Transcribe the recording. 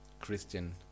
Christian